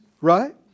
right